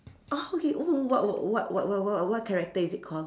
oh okay !oo! what what w~ w~ what character is it called